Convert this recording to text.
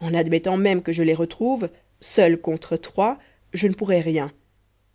en admettant même que je les retrouve seul contre trois je ne pourrais rien